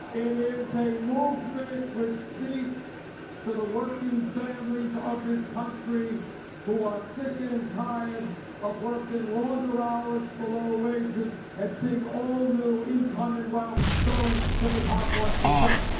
it is a movement with speaks to the working families of this country who are sick and tired of working longer hours for low wages and seeing all new income and wealth going to the top one. it